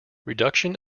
reduction